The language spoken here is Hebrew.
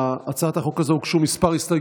להצעת החוק הזו הוגשו כמה הסתייגויות.